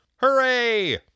Hooray